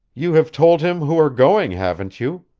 you have told him who are going, haven't you?